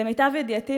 למיטב ידיעתי,